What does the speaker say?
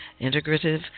Integrative